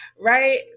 right